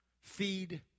feed